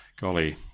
golly